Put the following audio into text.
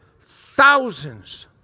thousands